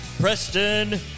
Preston